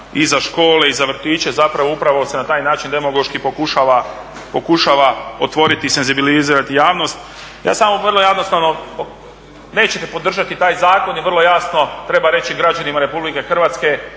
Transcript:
i za škole i za vrtiće upravo se na taj način demagoški pokušava otvoriti i senzibilizirati javnost. Ja samo vrlo jednostavno nećete podržati taj zakon i vrlo jasno treba reći građanima RH da ne želite